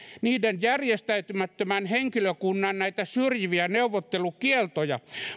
niiden järjestäytymättömän henkilökunnan syrjiviä neuvottelukieltoja